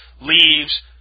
leaves